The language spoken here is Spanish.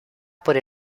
por